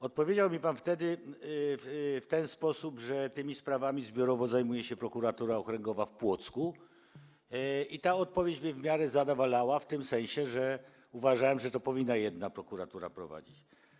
Odpowiedział mi pan wtedy w ten sposób, że tymi sprawami zbiorowo zajmuje się Prokuratura Okręgowa w Płocku, i ta odpowiedź mnie w miarę zadowalała w tym sensie, że uważałem, że to powinna jedna prokuratura prowadzić.